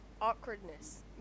awkwardness